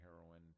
heroin